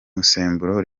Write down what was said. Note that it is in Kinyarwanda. musemburo